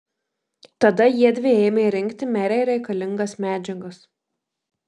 tada jiedvi ėmė rinkti merei reikalingas medžiagas